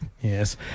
Yes